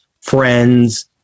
friends